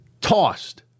tossed